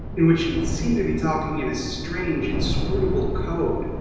in which he seemed to be talking in strange, inscrutable code.